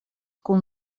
kun